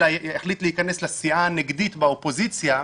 אלא החליט להיכנס לסיעה הנגדית באופוזיציה,